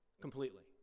completely